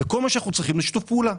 אנחנו רק צריכים שיתוף פעולה.